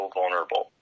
vulnerable